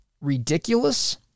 ridiculous